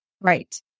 Right